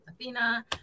Athena